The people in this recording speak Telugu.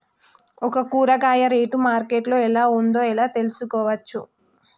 ఒక కూరగాయ రేటు మార్కెట్ లో ఎలా ఉందో ఎలా తెలుసుకోవచ్చు?